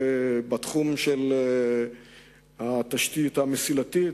בתחום התשתית המסילתית,